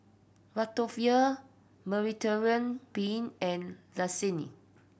Ratatouille Mediterranean Penne and Lasagne